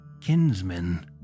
kinsmen